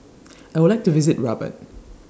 I Would like to visit Rabat